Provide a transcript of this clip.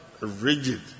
rigid